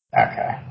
Okay